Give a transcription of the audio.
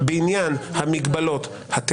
לדייק בעובדות.